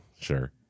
Sure